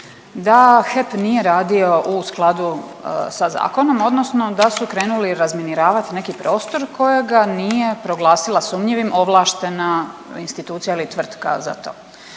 da HEP nije radio u skladu sa zakonom odnosno da su krenuli razminiravat neki prostor kojega nije proglasila sumnjivim ovlaštena institucija ili tvrtka za to.